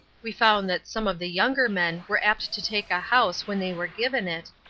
we found that some of the younger men were apt to take a house when they were given it,